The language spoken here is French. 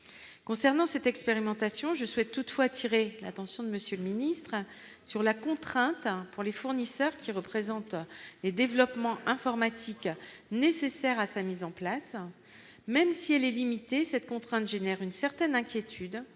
concernant cette expérimentation, je souhaite toutefois attiré l'attention de monsieur le ministre sur la contrainte pour les fournisseurs, qui représente les développements informatiques nécessaires à sa mise en place, même si elle est limitée cette contrainte génère une certaine inquiétude,